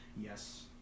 Yes